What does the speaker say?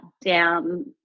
down